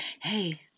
hey